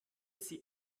sie